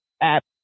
app